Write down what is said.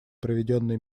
проведенный